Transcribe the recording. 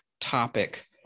topic